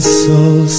soul